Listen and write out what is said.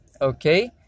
Okay